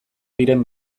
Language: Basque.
diren